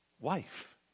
wife